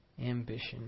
ambition